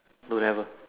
don't have